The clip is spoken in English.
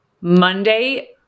Monday